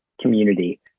community